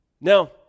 Now